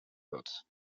wird